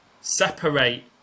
separate